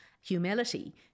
humility